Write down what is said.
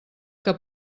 que